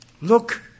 Look